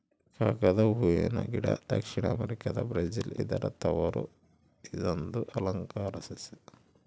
ಕಾಗದ ಹೂವನ ಗಿಡ ದಕ್ಷಿಣ ಅಮೆರಿಕಾದ ಬ್ರೆಜಿಲ್ ಇದರ ತವರು ಇದೊಂದು ಅಲಂಕಾರ ಸಸ್ಯ